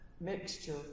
mixture